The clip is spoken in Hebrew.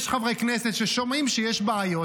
יש חברי כנסת ששומעים שיש בעיות,